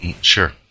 Sure